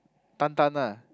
单单 ah